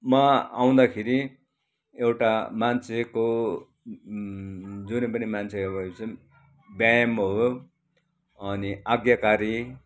मा आउँदाखेरि एउटा मान्छेको जुनैपनि मान्छेको अब यो चाहिँ व्यायाम हो अनि आज्ञाकारी